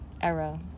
era